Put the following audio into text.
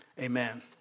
Amen